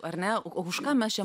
ar ne o už ką mes čia